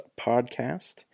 podcast